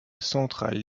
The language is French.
central